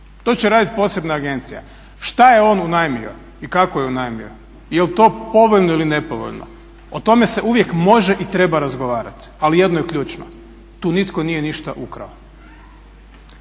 To će raditi posebna agencija. Šta je on unajmio i kako je unajmio, je li to povoljno ili nepovoljno, o tome se uvijek može i treba razgovarati. Ali jedno je ključno, tu nitko nije ništa ukrao.